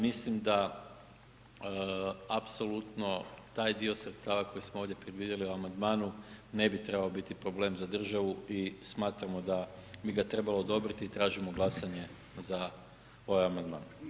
Mislim da apsolutno taj dio sredstava koji smo ovdje predvidjeli u amandmanu ne bi trebao biti problem za državu i smatramo da bi ga trebalo odobriti i tražimo glasanje za ovaj amandman.